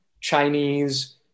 Chinese